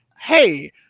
hey